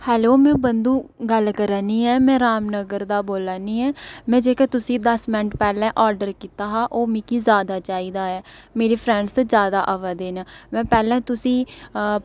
hello में बंधु गल्ल करां निं आं में रामनगर दा बोल्लै निं आं में जेह्का तुसें ई दस्स मैंट पैह्लें आर्डर कीता हा ओह् मिकी जैदा चाहिदा मेरी फ्रैंड जैदा आवै दियां न में पैह्लें तुसें ई